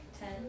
Ten